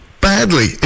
badly